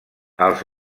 els